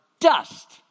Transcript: dust